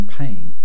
pain